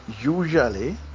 usually